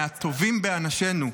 מהטובים באנשינו,